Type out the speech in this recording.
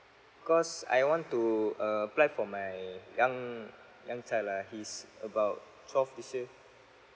cause I want to apply for my young young child ah he's about twelve this year